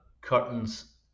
curtains